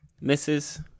Misses